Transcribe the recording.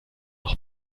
noch